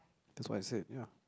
that's why I said ya